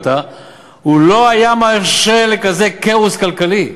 הוא לא היה מרשה כזה כאוס כלכלי.